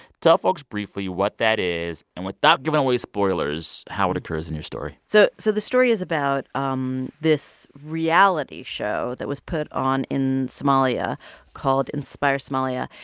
tell folks briefly what that is and, without giving away spoilers, how it occurs in your story so so the story is about um this reality show that was put on in somalia called inspire somalia.